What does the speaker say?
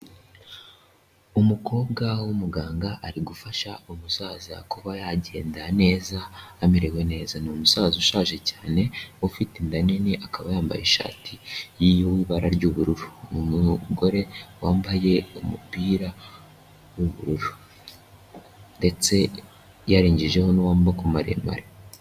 Umukobwa w'umuganga ari gufasha umusaza kuba yagenda neza, amerewe neza. Ni umusaza ushaje cyane, ufite inda nini, akaba yambaye ishati y'ibara ry'ubururu. Ni umugore wambaye umupira w'ubururu. Ndetse yarengejeho n'uw'amaboko maremare.